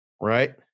Right